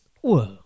Whoa